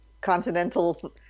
continental